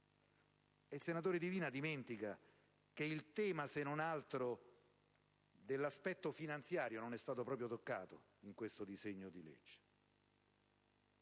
Il senatore Divina dimentica, se non altro, che l'aspetto finanziario non è stato proprio toccato in questo disegno di legge.